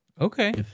Okay